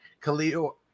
Khalil